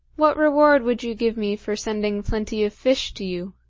what reward would you give me for sending plenty of fish to you?